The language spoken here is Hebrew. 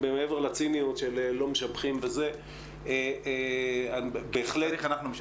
מעבר לציניות של לא משבחים וכו' בהחלט